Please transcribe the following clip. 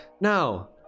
no